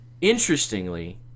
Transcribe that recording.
interestingly